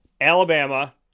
Alabama